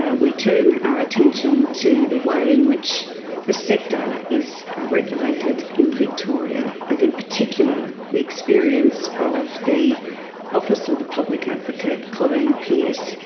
ah we turn our attention to the way in which the sector is regulated in victoria, and in particular, the experience of the office of the public advocate, colleen pearce,